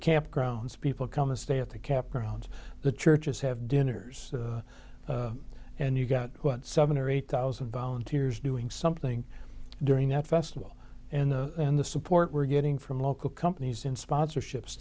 can grounds people come and stay at the campgrounds the churches have dinners and you've got what seven or eight thousand volunteers doing something during that festival and and the support we're getting from local companies in sponsorships